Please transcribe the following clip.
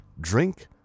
drink